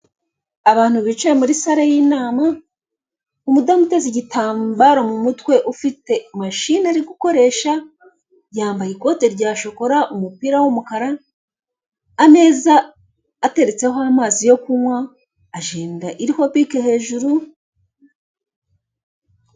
Abantu bicaye muri sare y'inama, umudamu uteze igitambaro mu mutwe, ufite mashine ari gukoresha. Yambaye ikote rya shokora, umupira w'umukara, ameza ateretseho amazi yo kunywa, ajenda iriho bike hejuru.